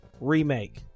Remake